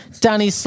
Danny